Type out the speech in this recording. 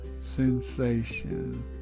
sensation